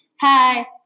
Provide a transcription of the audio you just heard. hi